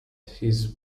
his